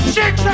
six